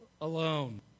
alone